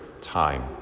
time